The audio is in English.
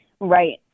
Right